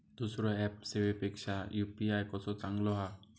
दुसरो ऍप सेवेपेक्षा यू.पी.आय कसो चांगलो हा?